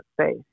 space